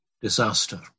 disaster